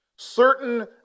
Certain